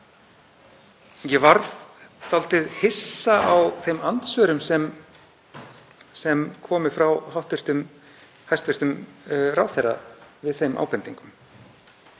Ég varð dálítið hissa á þeim andsvörum sem komu frá hæstv. ráðherra við þeim ábendingum